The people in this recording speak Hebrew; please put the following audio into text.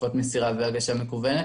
חזקות מסירה והגשה מקוונת.